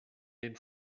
den